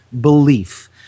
belief